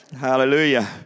Hallelujah